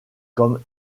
comme